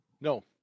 No